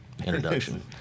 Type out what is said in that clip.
Introduction